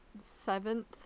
seventh